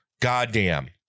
Goddamn